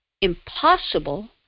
impossible